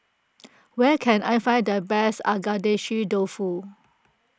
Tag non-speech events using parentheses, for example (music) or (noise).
(noise) where can I find the best Agedashi Dofu